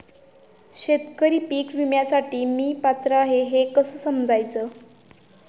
शेतकरी पीक विम्यासाठी मी पात्र आहे हे कसे समजायचे?